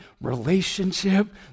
relationship